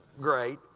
great